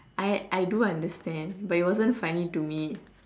I I do understand but it wasn't funny to me